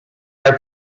are